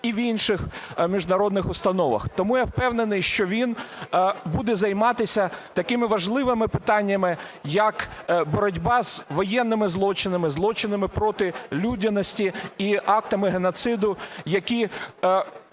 і в інших міжнародних установах. Тому я впевнений, що він буде займатися такими важливими питаннями, як боротьба з воєнними злочинами, злочинами проти людяності і актами геноциду, які